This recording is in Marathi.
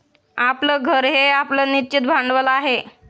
आपलं घर हे आपलं निश्चित भांडवल आहे